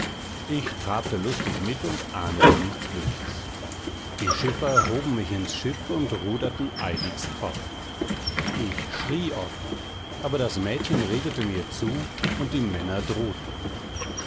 ich trabte lustig mit und ahnete nichts böses die schiffer hoben mich ins schiff und ruderten eiligst fort ich schrie oft aber das mädchen redete mir zu und die männer drohten